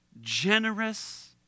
generous